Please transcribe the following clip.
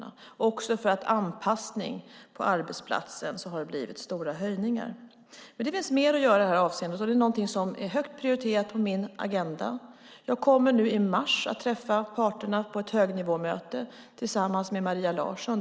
Det har också blivit stora höjningar för anpassning på arbetsplatsen. Men det finns mer att göra i det här avseendet, och det är någonting som är högt prioriterat på min agenda. Jag kommer nu i mars att träffa parterna på ett högnivåmöte tillsammans med Maria Larsson.